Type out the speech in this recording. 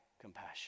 compassion